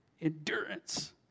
Endurance